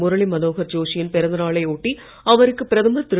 முரளி மனோகர் ஜோஷி யின் பிறந்த நாளை ஒட்டி அவருக்கு பிரதமர் திரு